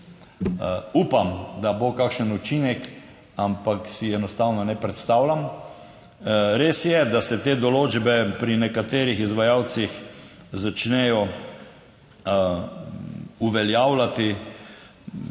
Upam, da bo kakšen učinek, ampak si enostavno ne predstavljam. Res je, da se te določbe pri nekaterih izvajalcih začnejo uveljavljati,